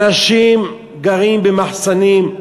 אנשים גרים במחסנים,